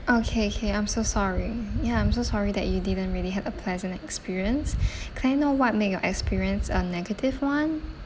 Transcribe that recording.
okay okay I'm so sorry ya I'm so sorry that you didn't really had a pleasant experience can I know what made your experience a negative one